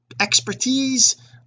expertise